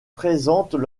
présentent